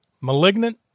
Malignant